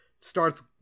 starts